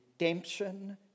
Redemption